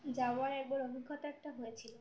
যাওয়ার একবার অভিজ্ঞতা একটা হয়েছিল